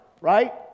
Right